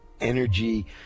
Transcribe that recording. energy